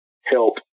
help